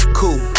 cool